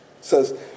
says